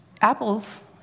apples